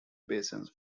basins